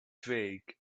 twig